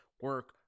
Work